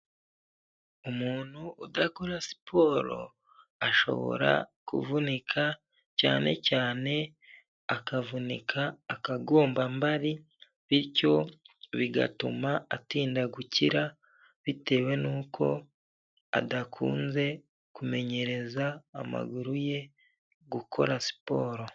Umuntu udakora siporo ashobora kuvunika cyane cyane akavunika akagombambari bityo bigatuma atinda gukira bitewe nuko adakunze kumenyereza amaguru ye gukora siporo.